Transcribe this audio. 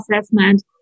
assessment